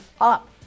up